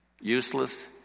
Useless